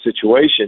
situation